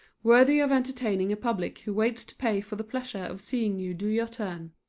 worthy of entertaining a public who waits to pay for the pleasure of seeing you do your turn.